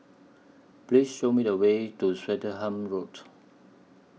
Please Show Me The Way to Swettenham Road